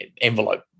envelope